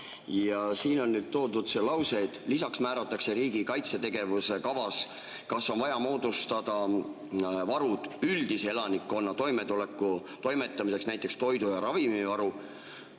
siin on lause: "Lisaks määratakse riigi kaitsetegevuse kavas, kas on vaja moodustada varud üldise elanikkonna toimetuleku toetamiseks (nt toidu-, ravimivaru